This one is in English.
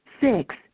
six